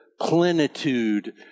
plenitude